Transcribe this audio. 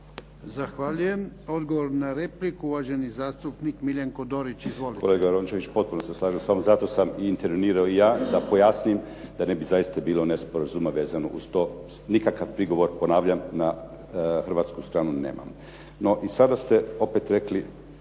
Zahvaljujem. Odgovor na repliku, uvaženi zastupnik Miljenko Dorić. Izvolite. **Dorić, Miljenko (HNS)** Kolega Rončević, potpuno se slažem s vama, zato sam i intervenirao i ja da pojasnim da ne bi zaista bilo nesporazuma vezano uz to, nikakav prigovor, ponavljam na hrvatsku stranu nemam. No, i sada ste opet rekli